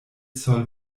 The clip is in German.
zoll